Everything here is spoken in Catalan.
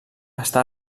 està